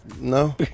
No